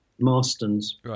Marston's